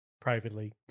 privately